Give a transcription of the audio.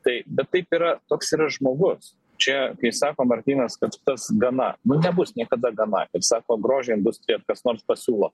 tai bet taip yra toks yra žmogus čia kaip sako martynas kad tas gana nu nebus niekada gana ir sako grožio industrija ar kas nors pasiūlo